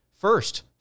first